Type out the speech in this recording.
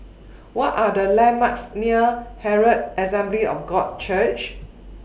What Are The landmarks near Herald Assembly of God Church